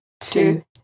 two